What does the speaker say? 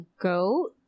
goat